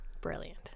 brilliant